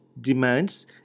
demands